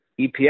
EPS